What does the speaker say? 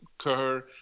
occur